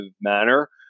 manner